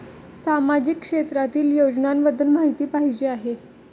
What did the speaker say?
सामाजिक क्षेत्रातील योजनाबद्दल माहिती पाहिजे आहे?